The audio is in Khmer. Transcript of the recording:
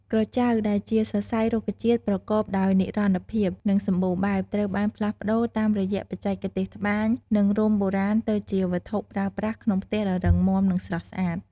ក្រចៅ ដែលជាសរសៃរុក្ខជាតិប្រកបដោយនិរន្តរភាព និងសម្បូរបែប ត្រូវបានផ្លាស់ប្តូរតាមរយៈបច្ចេកទេសត្បាញ និងរុំបុរាណទៅជាវត្ថុប្រើប្រាស់ក្នុងផ្ទះដ៏រឹងមាំ និងស្រស់ស្អាត។